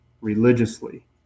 religiously